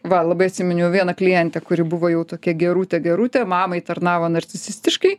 va labai atsiminiau vieną klientę kuri buvo jau tokia gerutė gerutė mamai tarnavo narcisistiškai